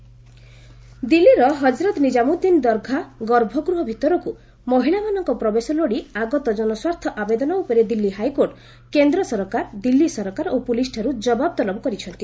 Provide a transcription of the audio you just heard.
HC ଓମେନ୍ ଦିଲ୍ଲୀର ହଜରତ ନିଜାମୁଦ୍ଦିନ ଦରଘା ଗର୍ଭଗୃହ ଭିତରକୁ ମହିଳାମାନଙ୍କ ପ୍ରବେଶ ଲୋଡ଼ି ଆଗତ ଜନସ୍ୱାର୍ଥ ଆବେଦନ ଉପରେ ଦିଲ୍ଲୀ ହାଇକୋର୍ଟ କେନ୍ଦ୍ର ସରକାର ଦିଲ୍ଲୀ ସରକାର ଓ ପୁଲିସ୍ଠାରୁ ଜବାବ ତଲବ କରିଛନ୍ତି